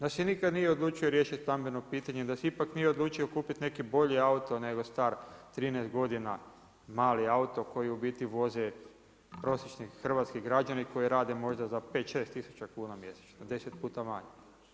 Da se nikad nije odlučio riješiti stambeno pitanje, da se ipak nije odlučio kupiti neki bolji auto nego star 13 godina mali auto koji u biti voze prosječni hrvatski građani koji rade možda za 5, 6000 kuna mjesečno, deset puta manje.